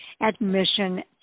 admission